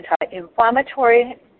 anti-inflammatory